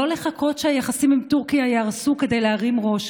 לא לחכות שהיחסים עם טורקיה ייהרסו כדי להרים ראש.